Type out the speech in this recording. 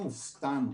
אנחנו הופתענו